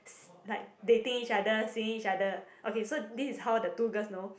like dating each other seeing each other okay so this is how the two girls know